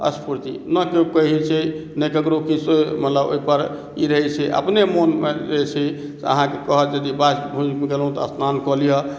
स्फूर्ति ना केओ कहै छै ना केकरो किछु मतलब ओहि पर ई रहै छै अपने मोन बेसी अहाँके कहत जे बाथरूम गेलहुॅं तऽ स्नान कऽ लीअ